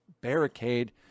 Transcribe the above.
barricade